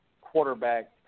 quarterback